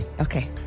Okay